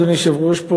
אדוני היושב-ראש,